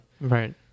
Right